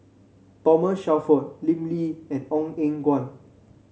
Thomas Shelford Lim Lee and Ong Eng Guan